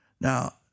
Now